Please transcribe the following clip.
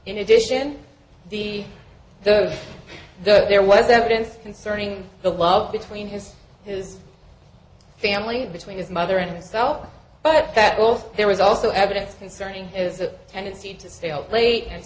in addition the the there was evidence concerning the love between his his family between his mother and self but that all there was also evidence concerning is a tendency to stay up late and